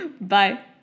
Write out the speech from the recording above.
Bye